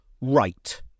Right